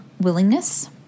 willingness